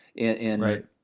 Right